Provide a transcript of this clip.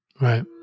Right